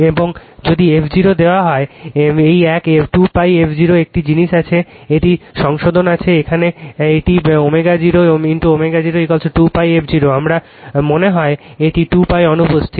এবং যদি f0 দেওয়া হয় এই এক 2π f0 একটি জিনিস আছে একটি সংশোধন আছে এখানে এটি ω0 ω0 2π f0 আমার মনে হয় একটি 2π অনুপস্থিত